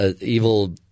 Evil –